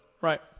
right